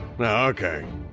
Okay